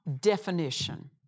definition